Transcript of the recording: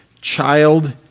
child